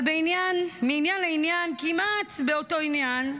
מעניין לעניין כמעט באותו עניין,